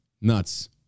Nuts